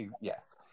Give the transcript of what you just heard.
Yes